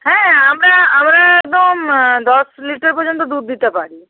হ্যাঁ আমরা আমরা একদম দশ লিটার পর্যন্ত দুধ দিতে পারি